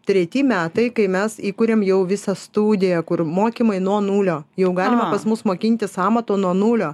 treti metai kai mes įkūrėm jau visą studiją kur mokymai nuo nulio jau galima pas mus mokintis amato nuo nulio